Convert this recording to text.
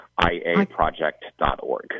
IAProject.org